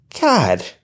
god